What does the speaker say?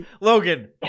Logan